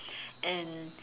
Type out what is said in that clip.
and